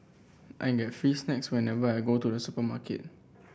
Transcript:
I get free snacks whenever I go to the supermarket